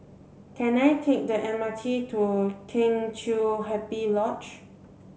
can I take the M R T to Kheng Chiu Happy Lodge